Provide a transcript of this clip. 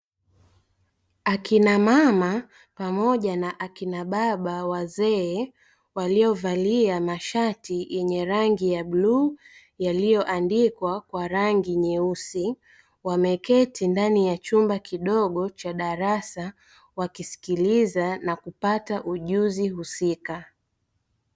Akina mama pamoja na akina baba wazee waliovalia mashati yenye rangi ya bluu yaliyoandikwa kwa rangi nyeusi, wameketi ndani ya chumba kidogo cha darasa wakisikiliza na kupata ujuzi husika.